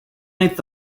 eighth